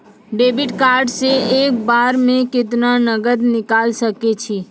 Debit card से एक बार मे केतना नगद निकाल सके छी?